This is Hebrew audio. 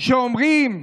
שאומרים העיתונאים,